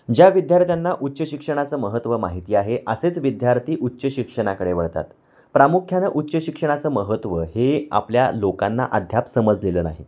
ज्या विद्यार्थ्यांना उच्च शिक्षणाचं महत्त्व माहिती आहे असेच विद्यार्थी उच्च शिक्षणाकडे वळतात प्रामुख्याने उच्च शिक्षणाचं महत्त्व हे आपल्या लोकांना अद्याप समजलेलं नाही